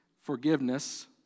forgiveness